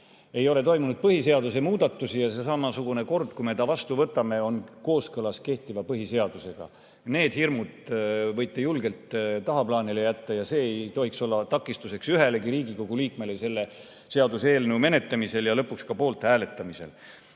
Ei ole toimunud põhiseaduse muudatusi. Ja samasugune kord, kui me selle vastu võtame, on kooskõlas kehtiva põhiseadusega. Need hirmud võite julgelt tagaplaanile jätta, see ei tohiks olla takistuseks ühelegi Riigikogu liikmele selle seaduseelnõu menetlemisel ja lõpuks ka poolt hääletamisel.